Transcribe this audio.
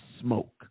smoke